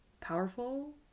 powerful